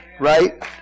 Right